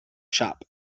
shop